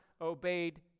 obeyed